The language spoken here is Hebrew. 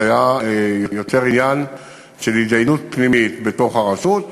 זה היה יותר עניין של הידיינות פנימית בתוך הרשות,